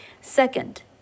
Second